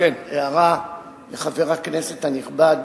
אני רק רוצה להעיר הערה לחבר הכנסת הנכבד